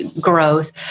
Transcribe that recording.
growth